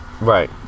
Right